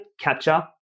capture